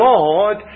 God